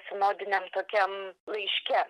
sinodiniam tokiam laiške